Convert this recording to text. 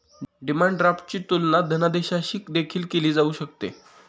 demand ड्राफ्टची तुलना धनादेशाशी देखील केली जाऊ शकते